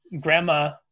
grandma